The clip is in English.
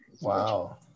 Wow